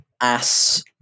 Ass